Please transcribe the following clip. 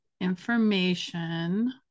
information